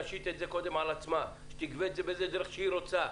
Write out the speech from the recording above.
כן תשית אותם על עצמה ותגבה באיזו דרך שהיא רוצה.